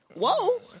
Whoa